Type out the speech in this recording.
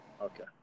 Okay